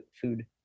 food